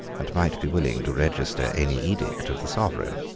and might be willing to register any edict of the sovereign.